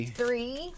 three